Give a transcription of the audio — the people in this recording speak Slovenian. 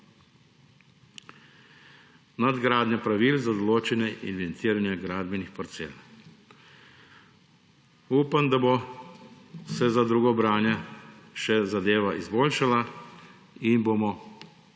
nadgradnja pravil za določanje evidentiranja gradbenih parcel. Upam, da se bo za drugo branje še zadeva izboljšala in bomo